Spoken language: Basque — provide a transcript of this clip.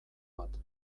bat